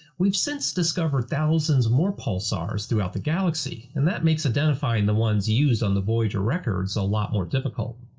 we've since discovered thousands more pulsars throughout the galaxy, and that makes identifying the ones used on the voyager records a lot more difficult.